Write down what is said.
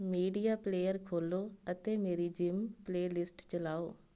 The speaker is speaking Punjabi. ਮੀਡੀਆ ਪਲੇਅਰ ਖੋਲ੍ਹੋ ਅਤੇ ਮੇਰੀ ਜਿਮ ਪਲੇਲਿਸਟ ਚਲਾਓ